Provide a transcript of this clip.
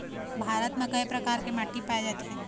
भारत म कय प्रकार के माटी पाए जाथे?